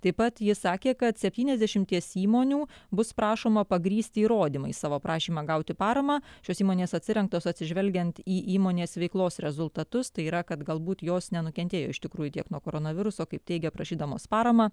taip pat ji sakė kad septyniasdešimties imonių bus prašoma pagrįsti įrodymais savo prašymą gauti paramą šios įmonės atsirinktos atsižvelgiant į įmonės veiklos rezultatus tai yra kad galbūt jos nenukentėjo iš tikrųjų tiek nuo koronaviruso kaip teigia prašydamos paramą